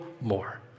more